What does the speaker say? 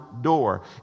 door